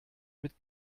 mit